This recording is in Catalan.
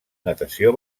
natació